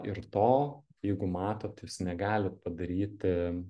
ir to jeigu matot jūs negalit padaryti